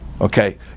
Okay